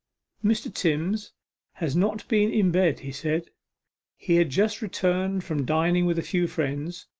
mr. timms has not been in bed he said he had just returned from dining with a few friends,